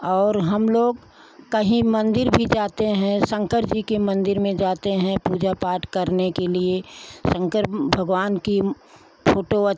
और हम लोग कहीं मन्दिर भी जाते हैं शंकर जी के मन्दिर में जाते हैं पूजा पाठ करने के लिए शंकर भगवान की फ़ोटो